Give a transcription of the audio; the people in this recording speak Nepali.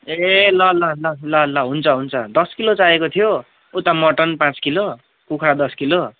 ए ल ल ल ल हुन्छ हुन्छ दस किलो चाइएको थियो उता मटन पाँच किलो कुखुरा दस किलो